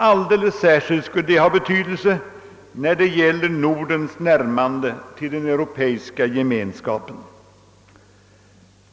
Alldeles särskilt skulle det ha betydelse när det gäller Nordens närmande till den europeiska gemenskapen.